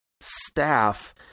staff